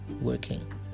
working